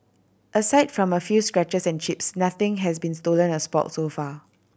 aside from a few scratches and chips nothing has been stolen or sport so far